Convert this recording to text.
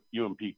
ump